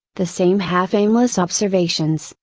the same half aimless observations,